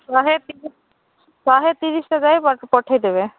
ଶହେ ତିରିଶି ଶହେ ତିରିଶିଟା ଯାଏ ପଠାଇ ଦେବେ